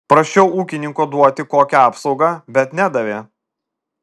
prašiau ūkininko duoti kokią apsaugą bet nedavė